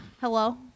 Hello